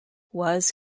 was